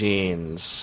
Jeans